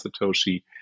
Satoshi